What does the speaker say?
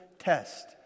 test